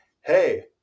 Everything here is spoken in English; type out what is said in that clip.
Hey